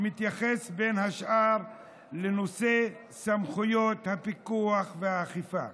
שמתייחס בין השאר לנושא סמכויות הפיקוח והאכיפה.